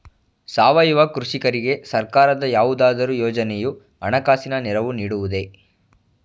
ಸಾವಯವ ಕೃಷಿಕರಿಗೆ ಸರ್ಕಾರದ ಯಾವುದಾದರು ಯೋಜನೆಯು ಹಣಕಾಸಿನ ನೆರವು ನೀಡುವುದೇ?